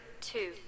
two